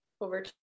over